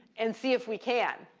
and see if we can,